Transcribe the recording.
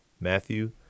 Matthew